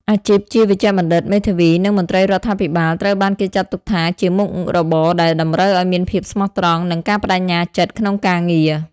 អាជីពជាវេជ្ជបណ្ឌិត មេធាវី និងមន្ត្រីរដ្ឋាភិបាលត្រូវបានគេចាត់ទុកថាជាមុខរបរដែលតម្រូវឲ្យមានភាពស្មោះត្រង់ និងការប្តេជ្ញាចិត្តក្នុងការងារ។